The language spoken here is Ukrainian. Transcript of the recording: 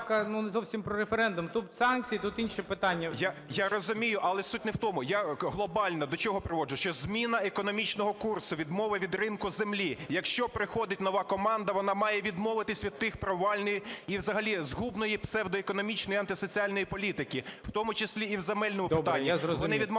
Я розумію, але суть не в тому. Я глобально до чого приводжу, що зміна економічного курсу, відмова від ринку землі. Якщо приходить нова команда, вона має відмовитись від тієї провальної і взагалі згубної псевдоекономічної і антисоціальної політики, в тому числі і в земельному питанні. Вони